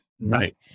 Right